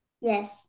Yes